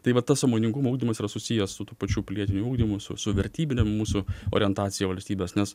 tai va tas sąmoningumo ugdymas yra susijęs su tuo pačiu pilietiniu ugdymu su su vertybine mūsų orientacija valstybės nes